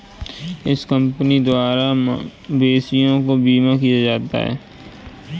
इस कंपनी द्वारा मवेशियों का बीमा किया जाता है